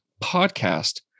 podcast